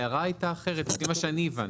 ההערה הייתה אחרת, לפי מה שאני הבנתי.